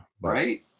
Right